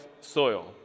soil